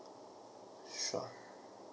sure